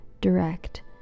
direct